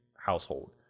household